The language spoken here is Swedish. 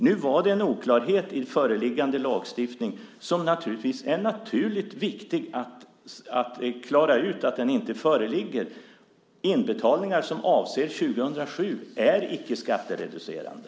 Nu var det en oklarhet i föreliggande lagstiftning, som det naturligtvis var viktigt att klara ut. Inbetalningar som avser 2007 är icke skattereducerande.